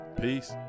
peace